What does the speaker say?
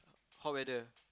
hot weather